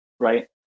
Right